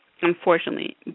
unfortunately